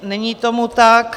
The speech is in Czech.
Není tomu tak.